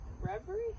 Reverie